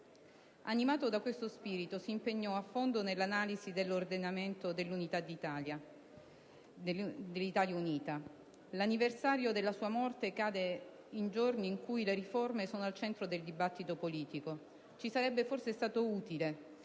Animato da questo spirito, si impegnò a fondo nell'analisi dell'ordinamento dell'Italia unita. L'anniversario della sua morte cade in giorni in cui le riforme sono al centro del dibattito politico; ci sarebbe forse stato utile